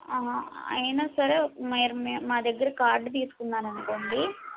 అయినా సరే మీర్ మేము మా దగ్గర కార్డు తీసుకున్నారు అనుకోండి